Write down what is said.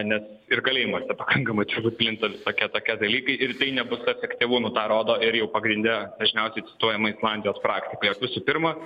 nes ir kalėjimuose pakankamai čia plinta visokie tokie dalykai ir tai nebus efektyvu nu tą rodo ir jau pagrinde dažniausiai cituojama islandijos praktika jog visų pirma